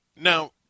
Now